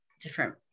different